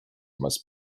must